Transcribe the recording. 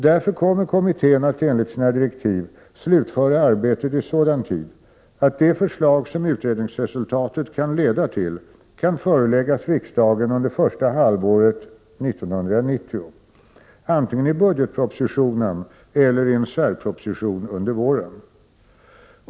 Därför kommer kommittén att enligt sina direktiv slutföra arbetet i sådan tid att de förslag som utredningsresultatet kan leda till kan föreläggas riksdagen under första halvåret 1990, antingen i budgetpropositionen eller i en särproposition under våren.